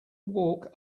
walk